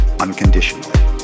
unconditionally